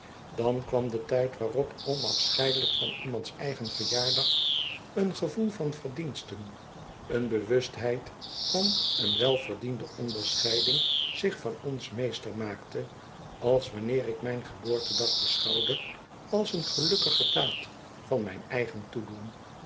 dan kwam de tijd waarop onafscheidelijk van iemands eigen verjaardag een gevoel van verdiensten een bewustheid van een welverdiende onderscheiding zich van ons meester maakte als wanneer ik mijn geboortedag beschouwde als een gelukkige daad van mijn eigen toedoen